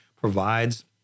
provides